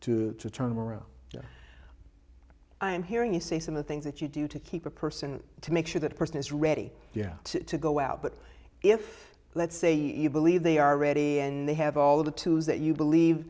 to turn around i'm hearing you say some of the things that you do to keep a person to make sure that person is ready yet to go out but if let's say you believe they are ready and they have all the tools that you believe